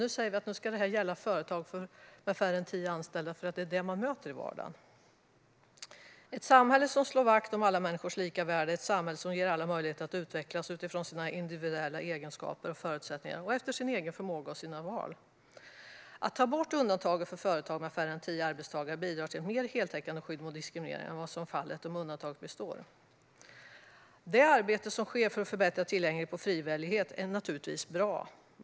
Nu säger vi att det här ska gälla företag med färre än tio anställda för att det är dem man möter i vardagen. Ett samhälle som slår vakt om alla människors lika värde är ett samhälle som ger alla möjligheter att utvecklas utifrån sina individuella egenskaper och förutsättningar och efter sin egen förmåga och sina egna val. Att ta bort undantaget för företag med färre än tio arbetstagare bidrar till ett mer heltäckande skydd mot diskriminering än vad som är fallet om undantaget består. Det arbete som sker för att förbättra tillgänglighet på frivillig väg är naturligtvis bra.